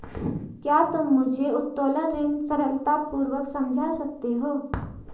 क्या तुम मुझे उत्तोलन ऋण सरलतापूर्वक समझा सकते हो?